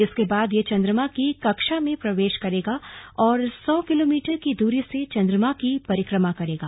इसके बाद यह चंद्रमा की कक्षा में प्रवेश करेगा और सौ किलोमीटर की दूरी से चंद्रमा की परिक्रमा करेगा